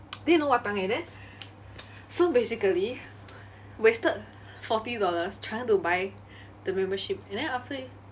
then you know !wahpiang! eh then so basically wasted forty dollars trying to buy the membership and then after